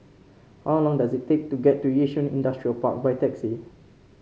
how long does it take to get to Yishun Industrial Park by taxi